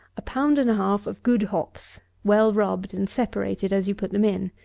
a pound and a half of good hops, well rubbed and separated as you put them in.